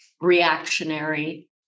reactionary